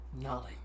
Knowledge